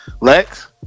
Lex